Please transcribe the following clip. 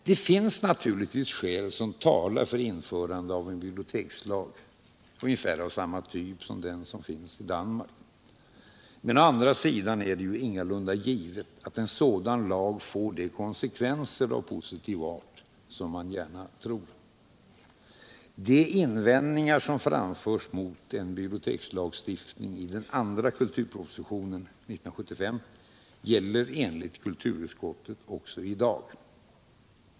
Det finns naturligtvis skäl som talar för införande av en bibliotekslag — ungefär av det slag som den som finns i Danmark. Å andra sidan är det ingalunda givet att en sådan lag får de konsekvenser av positiv art som man gärna tror. De invändningar mot en bibliotekslagstiftning som framfördes i den andra kulturpropositionen år 1975 gäller enligt kulturutskottet också i dag.